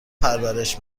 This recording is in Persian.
پرورش